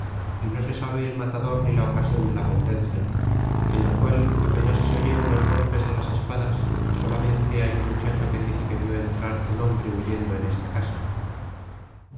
y no se sabe el matador ni la ocasion de la pendencia en la cual apenas se oyeron los golpes de las espadas solamente hay un muchacho que dice que vió entrar un hombre huyendo en esta casa